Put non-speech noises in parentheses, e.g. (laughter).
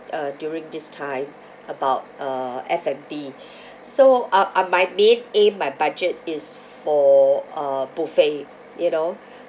uh during this time about uh F and B (breath) so I I my main aim my budget is for a buffet you know (breath)